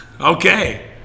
Okay